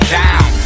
down